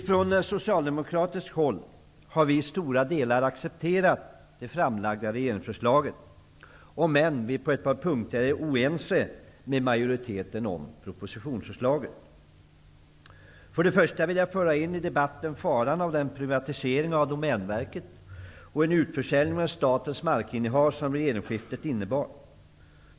Från socialdemokratiskt håll har vi i stora delar accepterat det framlagda regeringsförslaget, även om vi på ett par punkter är oense med majoriteten om propositionsförslaget. Först och främst vill jag peka på faran av den privatisering av Domänverket och den utförsäljning av statens markinnehav som regeringsskiftet innebar.